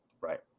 Right